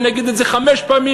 ואני אגיד את זה חמש פעמים,